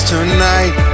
Tonight